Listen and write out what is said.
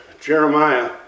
Jeremiah